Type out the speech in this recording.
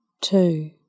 two